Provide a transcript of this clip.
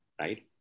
right